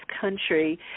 country